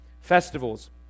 festivals